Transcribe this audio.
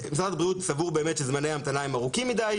ההמתנה - משרד הבריאות באמת סבור שזמני ההמתנה הם ארוכים מדי,